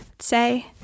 say